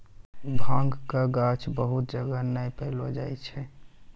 भांगक गाछ बहुत जगह नै पैलो जाय छै